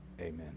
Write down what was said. Amen